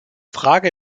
frage